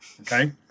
okay